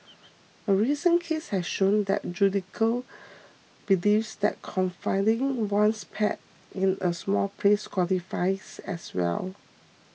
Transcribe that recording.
a recent case has shown that the judiciary believes that confining one's pet in a small place qualifies as well